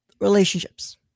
relationships